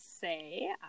say